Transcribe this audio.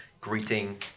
greeting